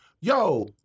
yo